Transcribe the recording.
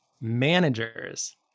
managers